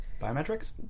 Biometrics